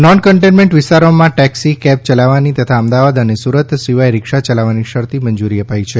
non containment વિસ્તારોમાં taxi cab ચલાવવાની તથા અમદાવાદ અને સુરત સિવાય રીક્ષા યલાવવાની શરતી મંજુરી અપાઇ છે